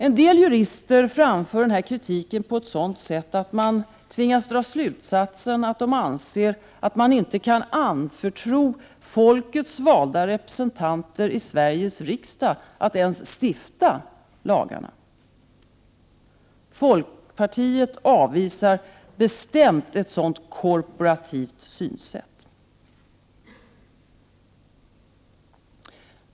Vissa jurister framför denna kritik på ett sådant sätt att man tvingas dra slutsatsen att de anser att man inte kan anförtro folkets valda representanter i Sveriges riksdag att ens stifta lagarna. Folkpartiet avvisar bestämt ett sådant korporativt synsätt.